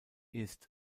ist